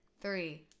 three